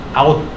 out